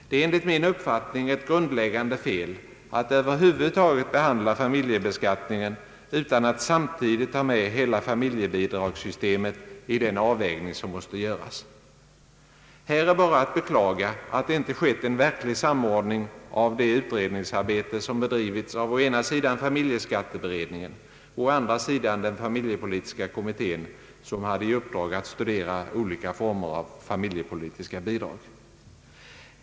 Det är enligt min uppfattning ett grundläggande fel att över huvud taget behandla familjebeskattningen utan att samtidigt ta med hela familjebidragssystemet i den avvägning som måste göras. Här är bara att beklaga att det inte skett en verklig samordning av det utredningsarbete som bedrivits av å ena sidan familjeskatteberedningen och å andra sidan den familjepolitiska kommittén, som hade i uppdrag att studera olika former av familjepolitiska bidrag.